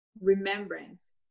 remembrance